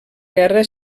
guerra